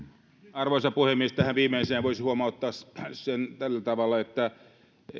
arvoisa puhemies tähän viimeiseen voisi huomauttaa tällä tavalla että